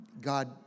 God